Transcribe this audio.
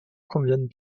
conviennent